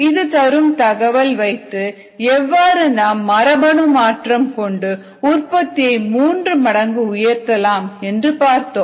இது தரும் தகவல் வைத்து எவ்வாறு நாம் மரபணு மாற்றம் கொண்டு உற்பத்தியை மூன்று மடங்கு உயர்த்தலாம் என்று பார்த்தோம்